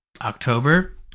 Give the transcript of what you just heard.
October